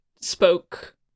spoke